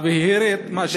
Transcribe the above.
להבהיר את מה,